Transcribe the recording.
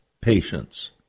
patience